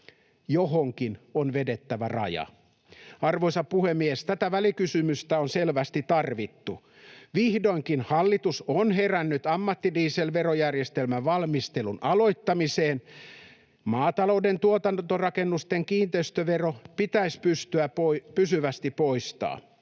Johonkin on vedettävä raja. Arvoisa puhemies! Tätä välikysymystä on selvästi tarvittu. Vihdoinkin hallitus on herännyt ammattidieselverojärjestelmän valmistelun aloittamiseen. Maatalouden tuotantorakennusten kiinteistövero pitäisi pysyvästi poistaa.